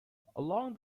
along